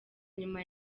nyuma